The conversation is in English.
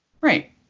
right